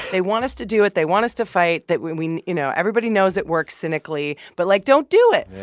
they want us to do it. they want us to fight. that we, you know everybody knows it works cynically. but like don't do it. yeah.